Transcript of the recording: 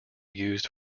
used